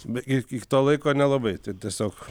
bet gi iki to laiko nelabai ten tiesiog